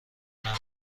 ندارم